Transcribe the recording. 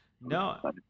no